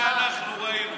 מי זה "אנחנו ראינו"?